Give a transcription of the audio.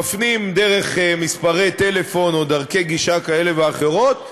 מפנים דרך מספרי טלפון או דרכי גישה כאלה ואחרות,